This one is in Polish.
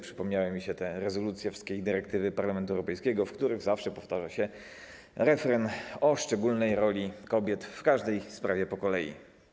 Przypomniały mi się te rezolucje, wszystkie dyrektywy Parlamentu Europejskiego, w których zawsze powtarza się refren o szczególnej roli kobiet w każdej sprawie po kolei.